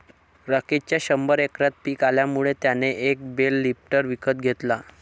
राकेशच्या शंभर एकरात पिक आल्यामुळे त्याने एक बेल लिफ्टर विकत घेतला